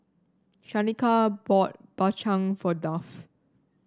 Shanika bought Bak Chang for Duff